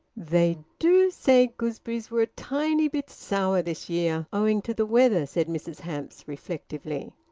they do say gooseberries were a tiny bit sour this year, owing to the weather, said mrs hamps reflectively.